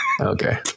okay